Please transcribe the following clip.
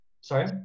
sorry